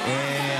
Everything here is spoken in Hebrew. ההצבעה.